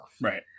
Right